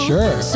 Sure